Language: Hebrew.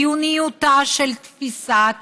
בחיוניותה של תפיסת